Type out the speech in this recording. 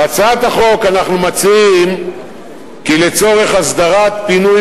בהצעת החוק אנחנו מציעים כי לצורך הסדרת פינוי